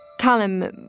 Callum